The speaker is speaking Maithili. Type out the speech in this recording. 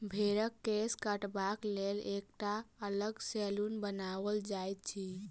भेंड़क केश काटबाक लेल एकटा अलग सैलून बनाओल जाइत अछि